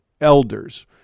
elders